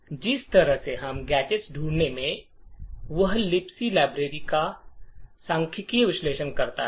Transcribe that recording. जिस तरह से हम गैजेट ढूंढते हैं वह लिबक लाइब्रेरी का सांख्यिकीय विश्लेषण करता है